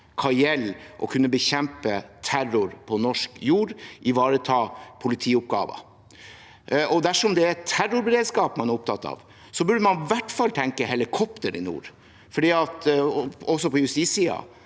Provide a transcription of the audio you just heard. hva gjelder å kunne bekjempe terror på norsk jord og ivareta politioppgaver. Dersom det er terrorberedskap man er opptatt av, burde man i hvert fall tenke helikoptre i nord, også på justissiden,